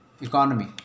economy